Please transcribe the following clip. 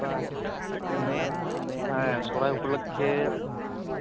ᱦᱮᱸ ᱥᱚᱨᱦᱟᱭ ᱩᱯᱚᱞᱚᱠᱠᱷᱮ